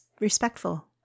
respectful